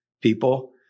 people